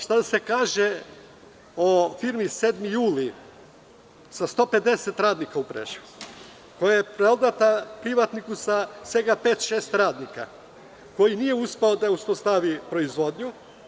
Šta da se kaže o firmi „7. juli“ sa 150 radnika u Preševu, koja je prodata privatniku sa svega pet-šest radnika, koji nije uspeo da uspostavi proizvodnju?